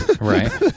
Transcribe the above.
Right